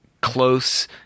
close